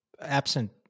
Absent